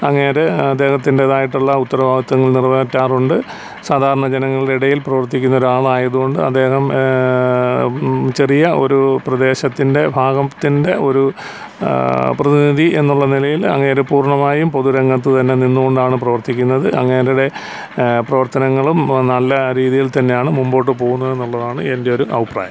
അങ്ങേര് അദ്ദേഹത്തിൻ്റേതായിട്ടുള്ള ഉത്തരവാദിത്വങ്ങൾ നിറവേറ്റാറുണ്ട് സാധാരണ ജനങ്ങളുടെ ഇടയിൽ പ്രവർത്തിക്കുന്നൊരാളായതുകൊണ്ട് അദ്ദേഹം ചെറിയ ഒരു പ്രദേശത്തിൻ്റെ ഭാഗത്തിൻ്റെ ഒരു പ്രതിനിധി എന്നുള്ള നിലയിൽ അങ്ങേര് പൂർണ്ണമായും പൊതുരംഗത്ത് തന്നെ നിന്നുകൊണ്ടാണ് പ്രവർത്തിക്കുന്നത് അങ്ങേരുടെ പ്രവത്തനങ്ങളും നല്ല രീതിയിൽ തന്നെയാണ് മുമ്പോട്ട് പോകുന്നത് എന്നുള്ളതാണ് എൻ്റെ ഒരു അഭിപ്രായം